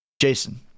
Jason